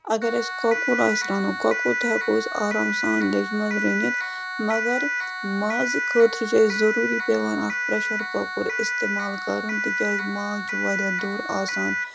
اگر اَسہِ کۄکُر آسہِ رَنُن کۄکُر تہِ ہٮ۪کو أسۍ آرام سان لیٚجہِ منٛز رٔنِتھ مگر مازٕ خٲطرٕ چھُ اَسہِ ضٔروٗری پٮ۪وان اکھ پرٛٮ۪شَر کۄکُر اِستعمال کَرُن تِکیٛازِ ماز چھُ واریاہ دوٚر آسان